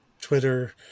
Twitter